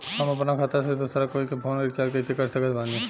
हम अपना खाता से दोसरा कोई के फोन रीचार्ज कइसे कर सकत बानी?